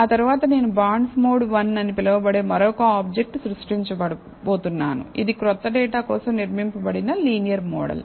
ఆ తరువాత నేను బాండ్స్ మోడ్ వన్ అని పిలువబడే మరొక ఆబ్జెక్ట్ సృష్టించబోతున్నాను ఇది క్రొత్త డేటా కోసం నిర్మింపబడిన లీనియర్ మోడల్